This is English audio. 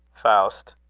faust.